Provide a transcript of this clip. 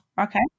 Okay